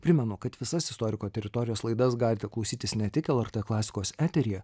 primenu kad visas istoriko teritorijos laidas galite klausytis ne tik lrt klasikos eteryje